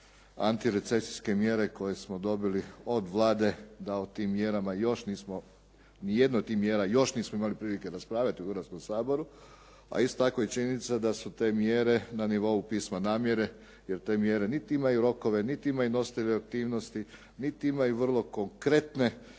antirecesijske mjere koje smo dobili od Vlade da o tim mjerama još nismo, ni jednu od tih mjera još nismo imali prilike raspravljati u Hrvatskom saboru, a isto tako i činjenica da su te mjere na nivou pisma namjere, jer te mjere niti imaju rokove, niti imaju nositelje aktivnosti, niti imaju vrlo konkretne